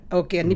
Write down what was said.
okay